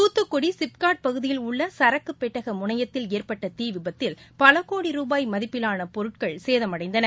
தூத்துக்குடி சிப்காட் பகுதியில் உள்ள சரக்கு பெட்டக முனையத்தில் ஏற்பட்ட தீ விபத்தில் பல கோடி ரூபாய் மதிப்பிலான பொருட்கள் சேதமடைந்தன